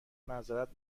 معذرت